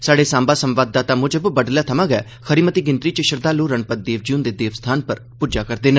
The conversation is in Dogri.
स्हाड़े सांबा संवाददाता म्जब बड्डलै थमां गै खरी मती गिनतरी च श्रद्धालु रणपत देव जी हंदे स्थान पर पूज्जा करदे न